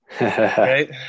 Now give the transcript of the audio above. Right